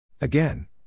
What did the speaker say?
Again